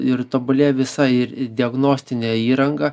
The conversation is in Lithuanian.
ir tobulėja visa ir diagnostinė įranga